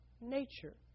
nature